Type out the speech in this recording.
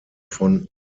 von